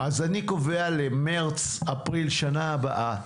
אז אני קובע למרץ-אפריל שנה הבאה,